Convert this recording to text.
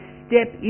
step